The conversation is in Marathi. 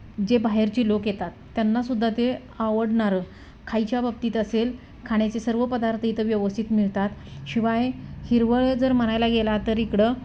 जे बाहेरचे लोक येतात त्यांना सुद्धा ते आवडणारं खायच्या बाबतीत असेल खाण्याचे सर्व पदार्थ इथं व्यवस्थित मिळतात शिवाय हिरवळ जर म्हणायला गेला तर इकडं